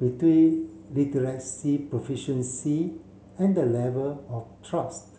between literacy proficiency and the level of trust